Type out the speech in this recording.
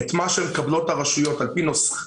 את מה שמקבלות הרשויות על פי הנוסחה